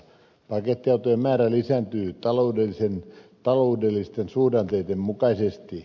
pakettiautojen määrä lisääntyy taloudellisten suhdanteiden mukaisesti